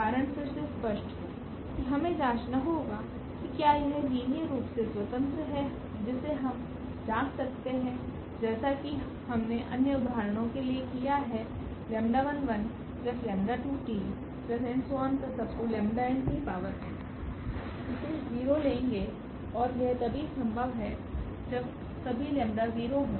कारण फिर से स्पष्ट है कि हमें जांचना होगा कि क्या यह लीनियर रूप से स्वतंत्र है जिसे हम जांच सकते हैं जैसा कि हमने अन्य उदाहरणों के लिए किया है इसे 0 लेंगे और यह तभी संभव है जब सभी लैम्डा 0 हों